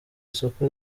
isoko